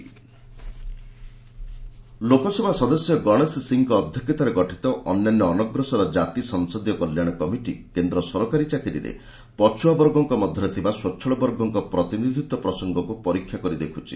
parliament committee Lok Sabha ସଦସ୍ୟ ଗଣେଶ ସିଂଙ୍କ ଅଧ୍ୟକ୍ଷତାରେ ଗଠିତ ଅନ୍ୟାନ୍ୟ ଅନଗ୍ରସର ଜାତି ସଂସଦୀୟ କଲ୍ୟାଣ କମିଟି କେନ୍ଦ୍ର ସରକାରୀ ଚାକିରୀରେ ପଛୁଆବର୍ଗଙ୍କ ମଧ୍ୟରେ ଥିବା ସ୍ୱଚ୍ଚଳ ବର୍ଗଙ୍କ ପ୍ରତିନିଧିତ୍ୱ ପ୍ରସଙ୍ଗକୁ ପରୀକ୍ଷା କରି ଦେଖୁଛି